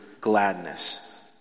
gladness